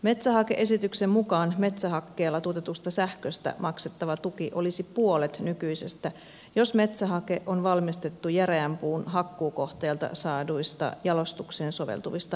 metsähake esityksen mukaan metsähakkeella tuotetusta sähköstä maksettava tuki olisi puolet nykyisestä jos metsähake on valmistettu järeän puun hakkuukohteelta saaduista jalostukseen soveltuvista rungonosista